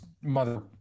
mother